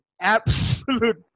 absolute